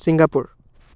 Singapore